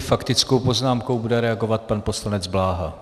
Faktickou poznámkou bude reagovat pan poslanec Bláha.